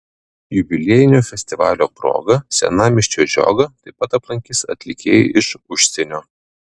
jubiliejinio festivalio proga senamiesčio žiogą taip pat aplankys atlikėjai iš užsienio